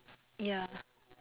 ya